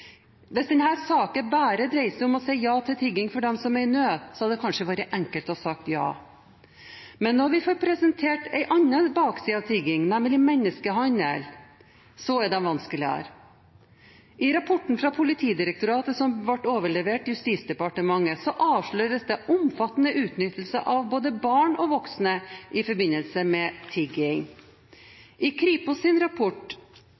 Hvis denne saken bare dreier seg om å si ja til tigging for dem som er i nød, hadde det kanskje vært enkelt å si ja. Men når vi får presisert en annen bakside av tigging, nemlig menneskehandel, er det vanskeligere. I rapporten fra Politidirektoratet som ble overlevert Justisdepartementet, avsløres det omfattende utnyttelse av både barn og voksne i forbindelse med tigging. I Kripos’ rapport